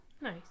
Nice